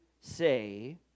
say